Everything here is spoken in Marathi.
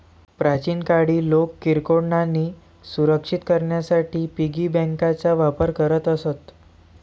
प्राचीन काळी लोक किरकोळ नाणी सुरक्षित करण्यासाठी पिगी बँकांचा वापर करत असत